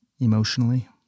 emotionally